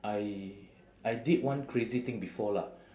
I I did one crazy thing before lah